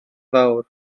fawr